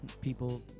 people